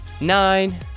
nine